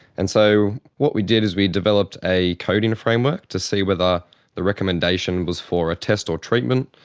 and so what we did is we developed a coding framework to see whether the recommendation was for a test or treatment,